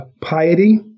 piety